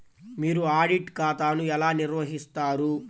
మీరు ఆడిట్ ఖాతాను ఎలా నిర్వహిస్తారు?